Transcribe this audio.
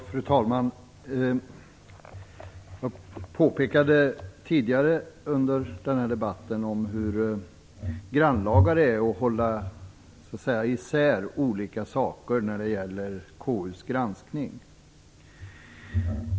Fru talman! Jag pekade tidigare under den här debatten på hur grannlaga det är att hålla isär olika saker när det gäller KU:s granskning.